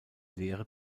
lehre